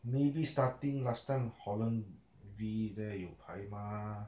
maybe starting last time holland V there 有 mah